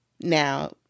Now